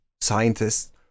scientists